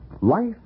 Life